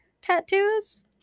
tattoos